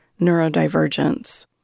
neurodivergence